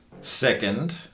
Second